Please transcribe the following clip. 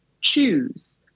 choose